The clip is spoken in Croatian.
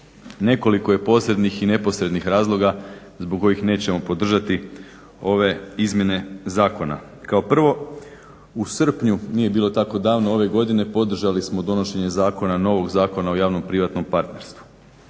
Nekoliko je posrednih i neposrednih razloga zbog kojih nećemo podržati ove izmjene zakona. Kao prvo, u srpnju nije bilo tako davno ove godine podržali smo donošenje novog Zakona o javno privatnom partnerstvu.